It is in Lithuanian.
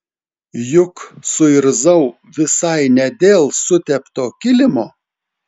juk suirzau visai ne dėl sutepto kilimo